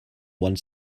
one